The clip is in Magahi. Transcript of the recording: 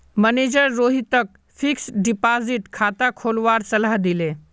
मनेजर रोहितक फ़िक्स्ड डिपॉज़िट खाता खोलवार सलाह दिले